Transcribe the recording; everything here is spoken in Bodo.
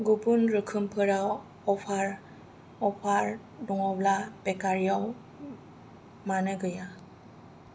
गुबुन रोखोमफोराव अफार अफार दङब्ला बेकारियाव मानो गैया